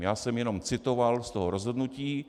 Já jsem jenom citoval z toho rozhodnutí.